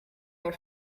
your